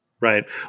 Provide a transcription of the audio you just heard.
Right